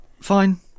Fine